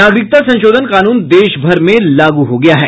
नागरिकता संशोधन कानून देशभर में लागू हो गया है